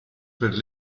per